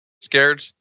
scared